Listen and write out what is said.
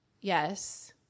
yes